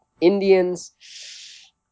Indians